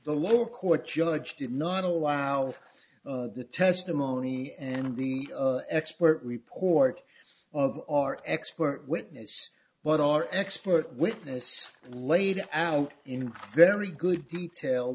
the lower court judge did not allow the testimony and of the expert report of our expert witness what our expert witness laid out in very good detail